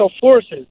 forces